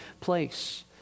place